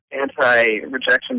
anti-rejection